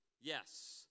Yes